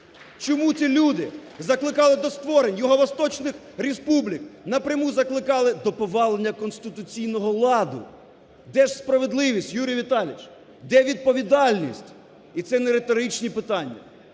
Чому ці люди закликали до створень юго-восточних республік, напряму закликали до повалення конституційного ладу? Де ж справедливість, Юрій Віталійович? Де відповідальність? І це не риторичні питання,